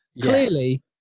Clearly